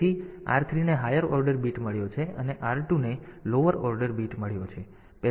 તેથી r3 ને higher order byte મળ્યો છે r2 ને લોઅર ઓર્ડર બાઈટ મળ્યો છે